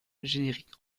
générique